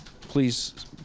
please